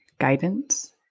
guidance